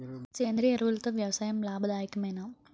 సేంద్రీయ ఎరువులతో వ్యవసాయం లాభదాయకమేనా?